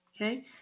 Okay